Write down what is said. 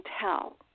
tell